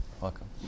welcome